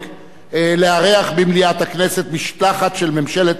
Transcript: לארח במליאת הכנסת משלחת של ממשלת מולדובה